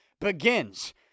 begins